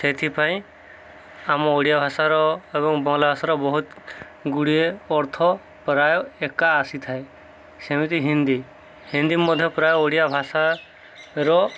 ସେଥିପାଇଁ ଆମ ଓଡ଼ିଆ ଭାଷାର ଏବଂ ବଙ୍ଗଳା ଭାଷାର ବହୁତ ଗୁଡ଼ିଏ ଅର୍ଥ ପ୍ରାୟ ଏକା ଆସିଥାଏ ସେମିତି ହିନ୍ଦୀ ହିନ୍ଦୀ ମଧ୍ୟ ପ୍ରାୟ ଓଡ଼ିଆ ଭାଷାର